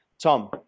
Tom